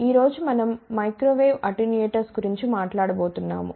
ఈ రోజు మనం మైక్రోవేవ్ అటెన్యూయేటర్స్ గురించి మాట్లాడబోతున్నాము